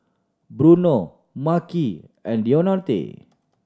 Bruno Makhi and Deonte